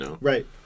Right